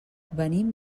venim